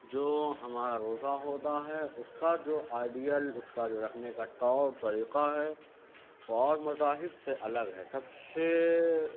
جو ہمارا روزہ ہوتا ہے اُس کا جو آئیڈیل اُس کا جو رکھنے کا طور طریقہ ہے وہ اور مذاہب سے الگ ہے سب سے